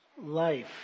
life